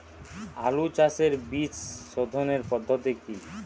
আলু চাষের বীজ সোধনের পদ্ধতি কি?